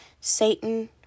Satan